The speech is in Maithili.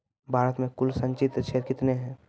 भारत मे कुल संचित क्षेत्र कितने हैं?